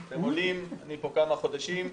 אתם עולים פה כמה חודשים,